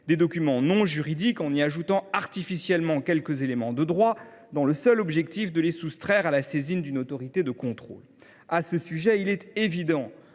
des documents non juridiques en y ajoutant artificiellement quelques éléments de droit, dans la seule intention de les soustraire à la saisine d’une autorité de contrôle. Il est évident,